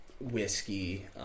whiskey